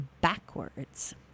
backwards